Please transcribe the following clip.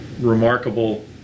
remarkable